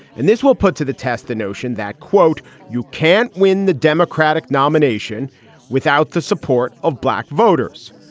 and this will put to the test the notion that, quote, you can't win the democratic nomination without the support of black voters.